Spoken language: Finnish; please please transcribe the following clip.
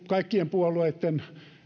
kaikkien puolueitten